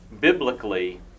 biblically